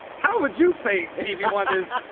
how would you say stevie wonder's